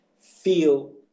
Feel